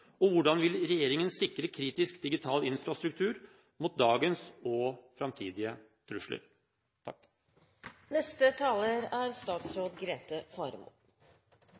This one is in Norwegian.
Hvordan vil regjeringen sikre kritisk, digital infrastruktur mot dagens og framtidige trusler?